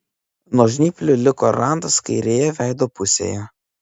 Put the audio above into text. nuo žnyplių liko randas kairėje veido pusėje